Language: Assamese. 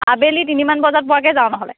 আবেলি তিনি মান বজাত পোৱাকৈ যাওঁ নহ'লে